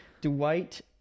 Dwight